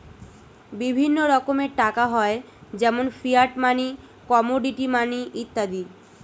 বিভিন্ন রকমের টাকা হয় যেমন ফিয়াট মানি, কমোডিটি মানি ইত্যাদি